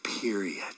period